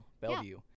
Bellevue